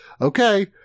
Okay